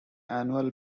annual